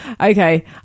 Okay